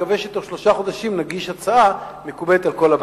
ומקווה שבתוך שלושה חודשים נגיש הצעה שמקובלת על כל הבית.